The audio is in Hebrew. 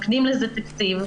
מקצים לזה תקציב,